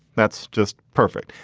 that's just perfect.